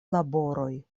laboroj